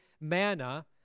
manna